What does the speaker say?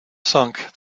sunk